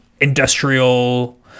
industrial